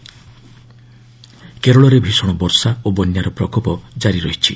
ଏବଂ କେରଳରେ ଭିଷଣ ବର୍ଷା ଓ ବନ୍ୟାର ପ୍ରକୋପ ଜାରି ରହିଛି